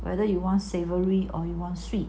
whether you want savoury or sweet